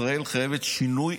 ישראל חייבת שינוי.